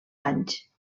anys